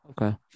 Okay